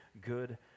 good